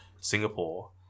Singapore